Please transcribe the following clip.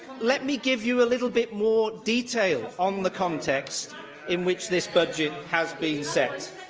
let me give you a little bit more detail on the context in which this budget has been set,